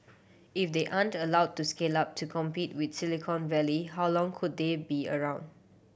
if they aren't allowed to scale up to compete with Silicon Valley how long could they be around